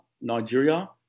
Nigeria